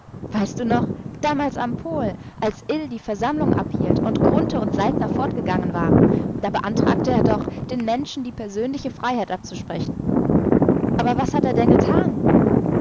weißt du noch damals am pol als ill die versammlung abhielt und grunthe und saltner fortgegangen waren da beantragte er doch den menschen die persönliche freiheit abzusprechen aber was hat er denn getan